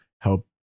help